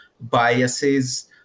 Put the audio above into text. biases